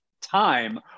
time